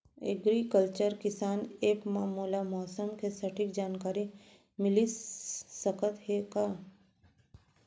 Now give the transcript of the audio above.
Agriculture किसान app मा मोला मौसम के सटीक जानकारी मिलिस सकत हे का?